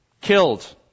killed